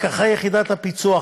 פקחי יחידת הפיצו"ח,